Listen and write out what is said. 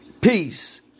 Peace